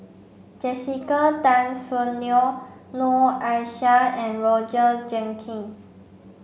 Jessica Tan Soon Neo Noor Aishah and Roger Jenkins